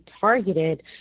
targeted